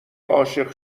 عاشق